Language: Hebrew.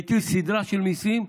מטיל סדרה של מיסים,